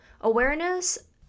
awareness